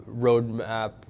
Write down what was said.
Roadmap